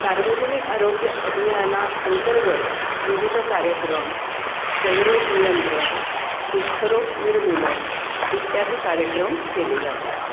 सार्वजनिक आरोग्य अभियाना अंतर्गत विविध कार्यक्रम क्षयरोग नियंत्रण कुष्ठरोग निर्मूलन इत्यादी कार्यक्रम केले जातात